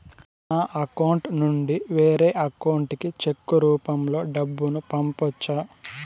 నా అకౌంట్ నుండి వేరే అకౌంట్ కి చెక్కు రూపం లో డబ్బును పంపొచ్చా?